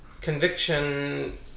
conviction